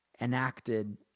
enacted